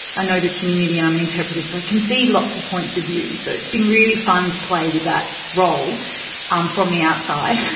i know the community and i'm an interpreter, so i can see lots of points of view. so it's been really fun to play with that role um from the outside,